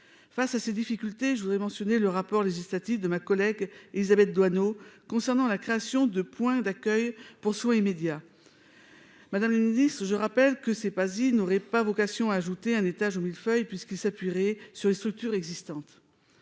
face à ces difficultés, je voudrais mentionner le rapport législatives de ma collègue Élisabeth Doineau concernant la création de points d'accueil pour immédiat madame Nice je rappelle que c'est pas, il n'aurait pas vocation à ajouter un étage au mille-feuilles, puisqu'il s'appuieraient sur les structures existantes,